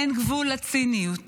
אין גבול לציניות.